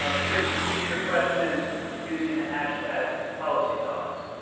ah please tweet your questions using the hashtag policytalks.